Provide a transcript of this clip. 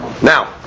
Now